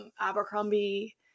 Abercrombie